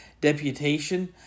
deputation